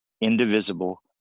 indivisible